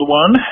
one